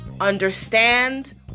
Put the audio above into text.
understand